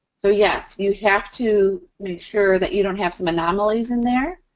so, yes, you have to make sure that you don't have some anomalies in there.